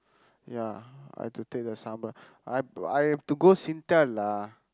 ya I had to take the sambra~ I I had to go Singtel lah